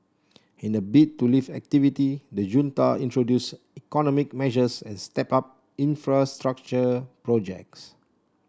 in a bid to lift activity the junta introduced economic measures and stepped up infrastructure projects